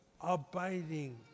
abiding